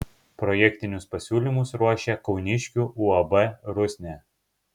projektinius pasiūlymus ruošė kauniškių uab rusnė